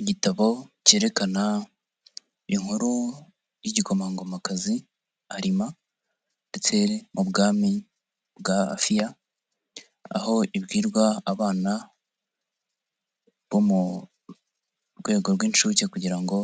Igitabo cyerekana inkuru y'igikomangomakazi Arima ndetse mu bwami bwa Afiya, aho ibwirwa abana bo mu rwego rw'inshuke kugira ngo